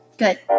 Good